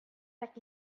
heck